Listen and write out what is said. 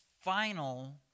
final